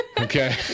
Okay